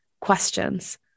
questions